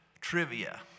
trivia